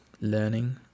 learning